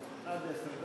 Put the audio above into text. נושאים.